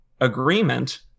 agreement